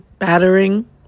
battering